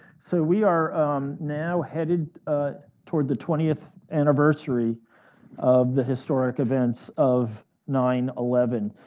so we are now headed ah toward the twentieth anniversary of the historic events of nine eleven.